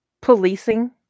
policing